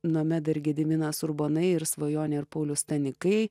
nomeda ir gediminas urbonai ir svajonė ir paulius stanikai